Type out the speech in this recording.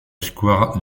square